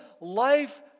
life